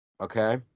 okay